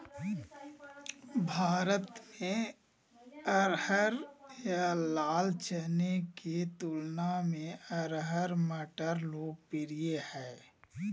भारत में अरहर या लाल चने के तुलना में अरहर मटर लोकप्रिय हइ